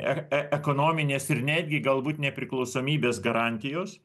e e ekonominės ir netgi galbūt nepriklausomybės garantijos